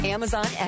Amazon